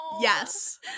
Yes